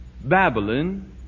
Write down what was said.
Babylon